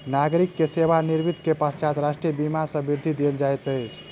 नागरिक के सेवा निवृत्ति के पश्चात राष्ट्रीय बीमा सॅ वृत्ति देल जाइत अछि